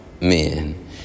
men